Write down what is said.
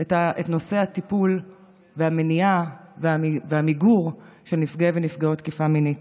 את נושא הטיפול בנפגעי ונפגעות תקיפה מינית,